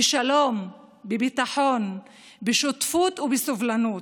בשלום, בביטחון, בשותפות ובסובלנות,